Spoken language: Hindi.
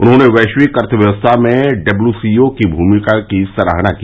उन्होंने वैश्विक अर्थव्यवस्था में डब्ल्यू सी ओ की भूमिका की सराहना की